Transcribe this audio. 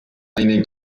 eine